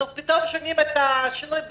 אנחנו פתאום שומעים את השינוי בצליל.